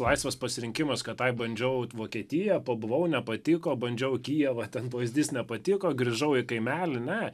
laisvas pasirinkimas kad ai bandžiau vot vokietiją pabuvau nepatiko bandžiau kijevą ten pavyzdys nepatiko grįžau į kaimelį ne